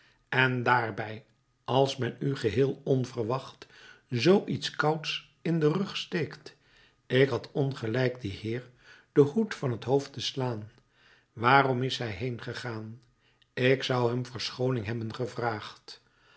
en daarbij als men u geheel onverwacht zoo iets kouds in den rug steekt ik had ongelijk dien heer den hoed van t hoofd te slaan waarom is hij heengegaan ik zou hem verschooning hebben gevraagd